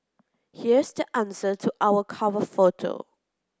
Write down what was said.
here's the answer to our cover photo